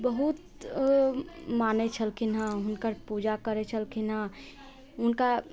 बहुत मानय छलखिन हँ हुनकर पूजा करै छलखिन हँ हुनका